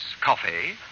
coffee